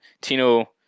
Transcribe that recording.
Tino